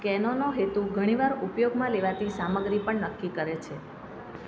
કેનોનો હેતુ ઘણીવાર ઉપયોગમાં લેવાતી સામગ્રી પણ નક્કી કરે છે